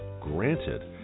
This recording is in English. granted